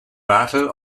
battle